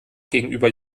gegenüber